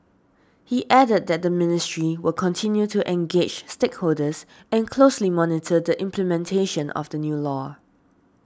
he added that the ministry will continue to engage stakeholders and closely monitor the implementation of the new law